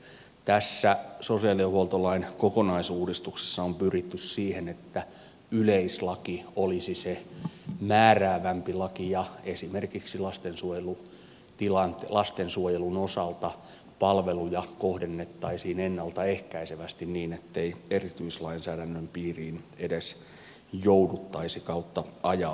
tässä sosiaalihuoltolain kokonaisuudistuksessa on pyritty siihen että yleislaki olisi se määräävämpi laki ja esimerkiksi lastensuojelun osalta palveluja kohdennettaisiin ennalta ehkäisevästi niin ettei erityislainsäädännön piiriin edes jouduttaisi tai ajauduttaisi